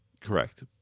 correct